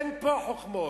אין פה חוכמות.